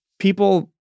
people